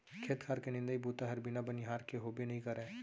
खेत खार के निंदई बूता हर बिना बनिहार के होबे नइ करय